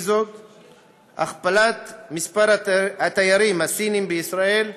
הכפלת מספר התיירים הסינים בישראל,